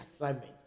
assignment